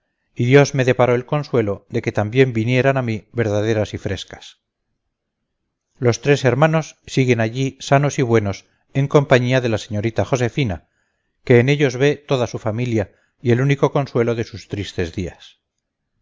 y dios me deparó el consuelo de que también vinieran a mí verdaderas y frescas los tres hermanos siguen allí sanos y buenos en compañía de la señorita josefina que en ellos ve toda su familia y el único consuelo de sus tristes días